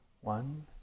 One